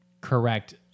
correct